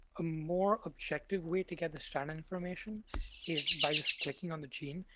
a more objective way to get the strand information is by just clicking on the gene,